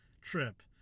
trip